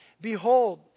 Behold